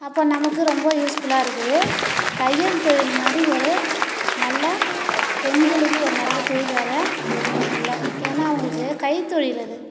அப்போ நமக்கு ரொம்ப யூஸ்ஃபுல்லாக இருக்குது தையல் தொழில் மாதிரி ஒரு நல்ல பெண்களுக்கு ஒரு நல்ல தொழில் வேறு எதுவும் இல்லை ஏன்னா அவங்களுக்கு கைத்தொழில் அது